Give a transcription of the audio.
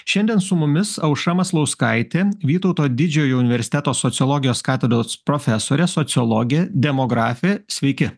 šiandien su mumis aušra maslauskaitė vytauto didžiojo universiteto sociologijos katedros profesorė sociologė demografė sveiki